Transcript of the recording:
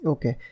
Okay